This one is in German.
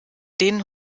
denen